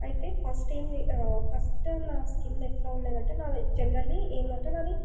అయితే ఫస్ట్ ఏం ఫస్ట్ నా స్కిన్నెట్లా ఉండేదంటే నాది జెనరల్లీ ఏంటంటే నాది